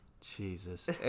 Jesus